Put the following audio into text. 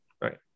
Right